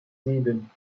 sieben